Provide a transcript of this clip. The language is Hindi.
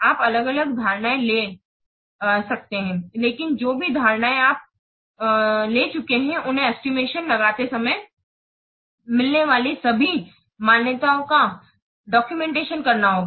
आप अलग अलग धारणाएँ ले सकते हैं लेकिन जो भी धारणाएँ आप ले चुके हैं उन्हें एस्टिमेशन लगाते समय मिलने वाली सभी मान्यताओं का दोकुमेन्त्ततिओन करना होगा